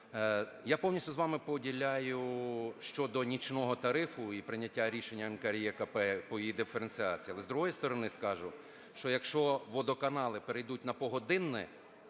Я повністю з вами поділяю щодо нічого тарифу і прийняття рішення НКРЕКП по її диференціації. Але, з другої сторони, скажу, що якщо водоканали перейдуть на погодинне